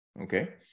Okay